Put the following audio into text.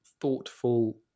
thoughtful